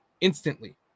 instantly